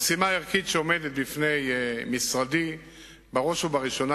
המשימה הערכית שעומדת בפני משרדי היא בראש ובראשונה